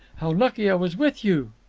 how lucky i was with you!